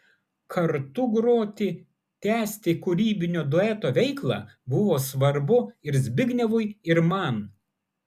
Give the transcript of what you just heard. kartu groti tęsti kūrybinio dueto veiklą buvo svarbu ir zbignevui ir man